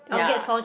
ya